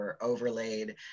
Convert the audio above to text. overlaid